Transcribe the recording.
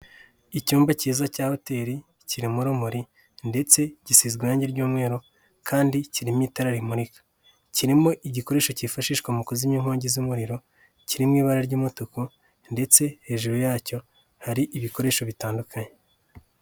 Icyumba kiza cya hoteli kirimo urumuri ndetse gisizwe irangi ry'umweru kandi kirimo itara rimurika kirimo igikoresho kifashishwa mu kuzimya inkongi z'umuriro kiri mu ibara ry'umutuku ndetse hejuru yacyo hari ibikoresho bitandukanye.